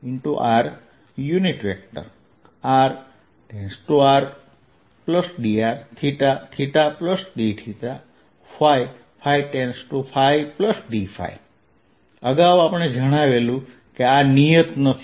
r r r r rdr d ϕϕdϕ અગાઉ આપણે જણાવેલું કે આ નિયત નથી